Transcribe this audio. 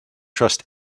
trust